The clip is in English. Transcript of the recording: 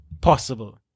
possible